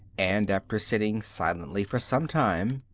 and after sitting silently for some time,